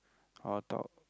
I'll talk